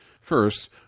First